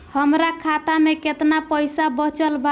हमरा खाता मे केतना पईसा बचल बा?